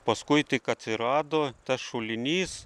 paskui tik atsirado tas šulinys